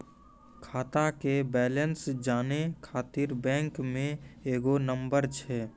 खाता के बैलेंस जानै ख़ातिर बैंक मे एगो नंबर छै?